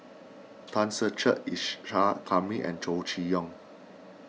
Tan Ser Cher Isa Kamari and Chow Chee Yong